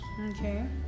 Okay